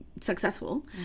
successful